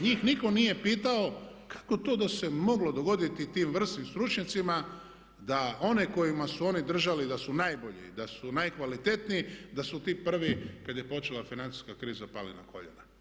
Njih nitko nije pitao kako to da se moglo dogoditi tim vrsnim stručnjacima da onaj kojima su oni držali da su najbolji, da su najkvalitetniji da su ti prvi kad je počela financijska kriza pali na koljena.